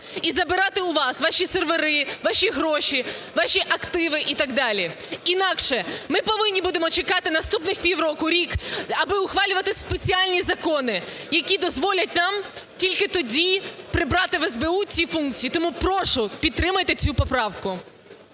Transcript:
і забирати у вас ваші сервери, ваші гроші, ваші активи і так далі". Інакше ми повинні будемо чекати наступних півроку, рік, аби ухвалювати спеціальні закони, які дозволять нам тільки тоді прибрати в СБУ ці функції! Тому прошу, підтримайте цю поправку.